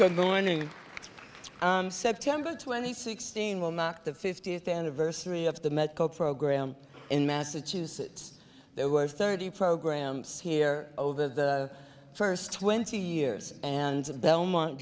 good morning to september twenty sixth dean will mark the fiftieth anniversary of the medco program in massachusetts there were thirty programs here over the first twenty years and belmont